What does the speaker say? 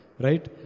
Right